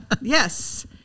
yes